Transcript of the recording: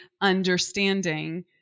understanding